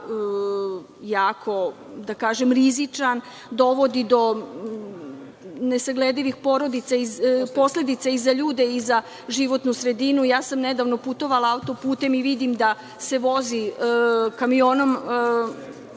jako, da kažem, rizičan, dovodi do nesagledivih posledica i za ljude i za životnu sredinu. Ja sam nedavno putovala autoputem i vidim da se vozi kamionom